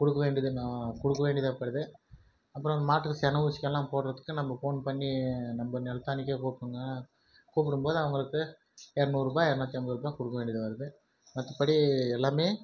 கொடுக்க வேண்டியதுனா கொடுக்க வேண்டியதாக போயிடுது அப்புறம் மாட்டுக்கு செனை ஊசிக்கெல்லாம் போடுறத்துக்கு நம்ப ஃபோன் பண்ணி நம்ம நிலத்தானிக்கே கூப்பிடுங்க கூப்பிடும் போது அவர்களுக்கு இரநூறு ரூபாய் இரநூற்றி ஐம்பது ரூபாய் கொடுக்க வேண்டியதாக வருது மற்றபடி எல்லாமே